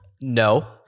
No